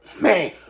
man